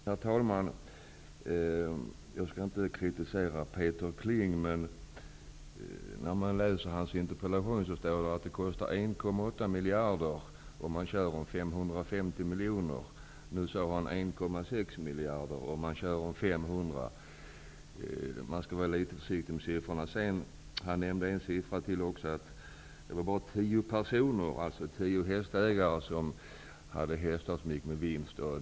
Herr talman! Jag skall inte kritisera Peter Kling. Men i hans interpellation står det att hästägarnas kostnader är 1,8 miljarder om året och att hästarna tävlar om 550 miljoner. Nu sade Peter Kling att det kostar 1,6 miljarder och att man tävlar om 500 miljoner. Man skall vara litet försiktig med siffrorna. Han nämnde ytterligare en siffra, nämligen att det är bara tio hästägare som har hästar som går med vinst.